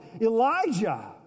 Elijah